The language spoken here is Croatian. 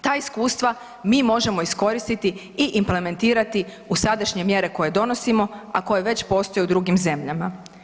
Ta iskustva mi možemo iskoristiti i implementirati u sadašnje mjere koje donosimo, a koje već postoje u drugim zemljama.